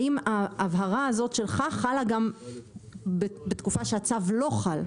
האם ההבהרה הזאת שלך חלה גם בתקופה שהצו לא חל?